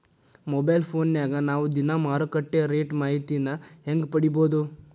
Mobile ಫೋನ್ಯಾಗ ನಾವ್ ದಿನಾ ಮಾರುಕಟ್ಟೆ ರೇಟ್ ಮಾಹಿತಿನ ಹೆಂಗ್ ಪಡಿಬೋದು?